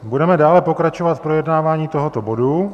Budeme dále pokračovat v projednávání tohoto bodu.